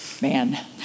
man